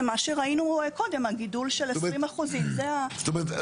זה מה שראינו קודם הגידול של 20%. בעצם,